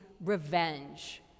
revenge